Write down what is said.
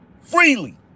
freely